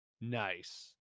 Nice